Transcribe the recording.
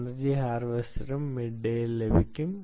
energy ഹാർവെസ്റ്ററും midday യിൽ ലഭിക്കും